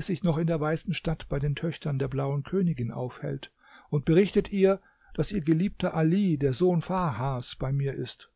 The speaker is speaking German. sich noch in der weißen stadt bei den töchtern der blauen königin aufhält und berichtet ihr daß ihr geliebter ali der sohn farhas bei mir ist